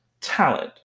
talent